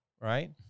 right